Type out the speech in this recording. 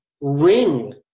ring